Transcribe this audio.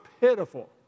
pitiful